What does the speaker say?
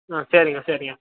ஆ சரிங்க சரிங்க